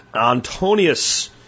Antonius